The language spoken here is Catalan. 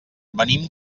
venim